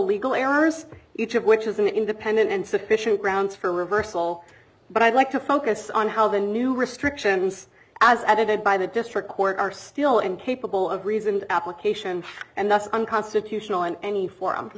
legal errors each of which is an independent and sufficient grounds for reversal but i'd like to focus on how the new restrictions as added by the district court are still incapable of reasoned application and thus unconstitutional in any forum